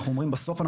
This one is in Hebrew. בסוף,